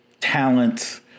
talents